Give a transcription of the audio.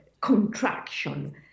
contraction